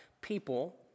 people